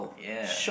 yeah